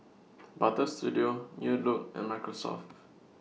Butter Studio New Look and Microsoft